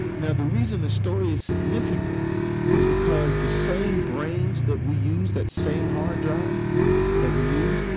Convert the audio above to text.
now, the reason the story is significant is because the same brains that we used, that same hard drive that we used,